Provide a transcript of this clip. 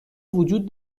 وجود